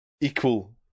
equal